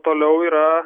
toliau yra